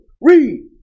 Read